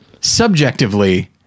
Subjectively